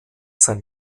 sein